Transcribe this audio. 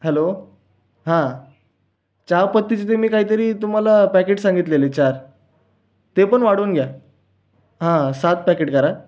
hello हां चहापत्तीची तुम्ही काहीतरी तुम्हाला पॅकेट सांगितलेले चार ते पण वाढवून घ्या हां सात पॅकेट करा